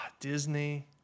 disney